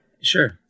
Sure